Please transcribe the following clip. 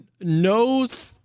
knows